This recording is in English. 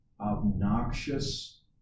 obnoxious